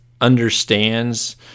understands